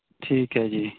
ਠੀਕ ਹੈ ਜੀ